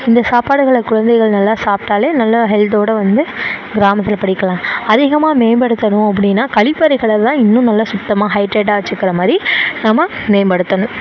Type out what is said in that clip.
இந்த சாப்பாடுகளை குழந்தைகள் நல்லா சாப்பிட்டாலே நல்லா ஹெல்த்தோடு வந்து கிராமத்தில் படிக்கலாம் அதிகமாக மேம்படுத்தணும் அப்படின்னா கழிப்பறைகளெல்லாம் இன்னும் நல்லா சுத்தமாக ஹைட்ரேட்டாக வச்சுக்கிற மாதிரி நம்ம மேம்படுத்தணும்